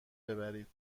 ببرید